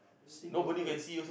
sing alone